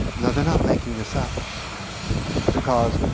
now they're not making this up because,